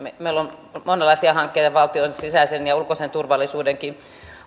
meillä on monenlaisia hankkeita valtion sisäisen ja ulkoisen turvallisuudenkin